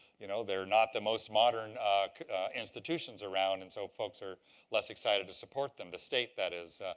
you know they're not the most modern institutions around, and so folks are less excited to support them the state, that is.